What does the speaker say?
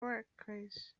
wreckage